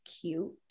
Cute